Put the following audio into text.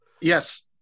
Yes